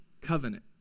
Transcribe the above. covenant